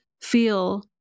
feel